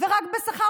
ורק בשכר